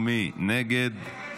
מי נגד?